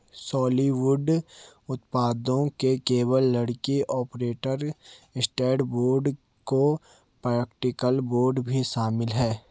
solid wood उत्पादों में केवल लकड़ी, ओरिएंटेड स्ट्रैंड बोर्ड और पार्टिकल बोर्ड भी शामिल है